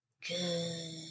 good